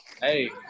Hey